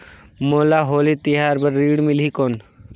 मोला होली तिहार बार ऋण मिलही कौन?